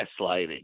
gaslighting